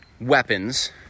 weapons